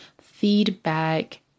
feedback